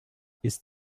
ist